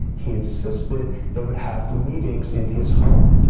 he insisted they would have the meetings in his home,